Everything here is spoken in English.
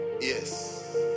yes